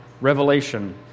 Revelation